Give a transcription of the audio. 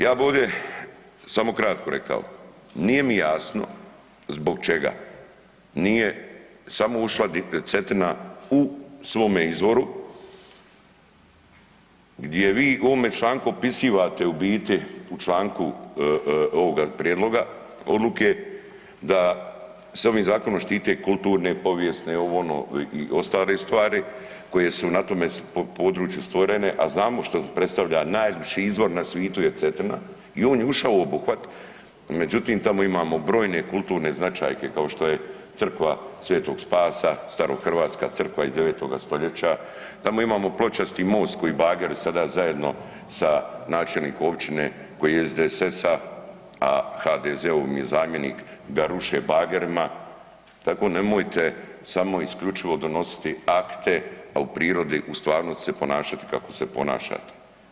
Ja bi ovdje samo kratko rekao, nije mi jasno zbog čega nije samo ušla Cetinu u svome izvoru, gdje vi u ovome članku opisivate u biti, u članku ovoga prijedloga odluke da se ovim zakonom štite kulturne, povijesne, ovo, ono i ostale stvari koje su na tome području stvorene a znamo što predstavlja, najljepši izvor na svijetu je Cetina i on je ušao u obuhvat međutim tamo imamo brojne, kulturne značajke kao što je crkva Sv. Spasa, starohrvatska crkva iz 9. st., tamo imamo pločasti most koji bageri zajedno sa načelnikom općine, koji je iz SDSS-a a HDZ-ov mu je zamjenik ga ruše bagerima, tako nemojte samo isključivo donositi akte a u prirodi u stvarnosti se ponašati kako se ponašate.